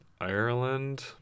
ireland